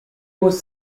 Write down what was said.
was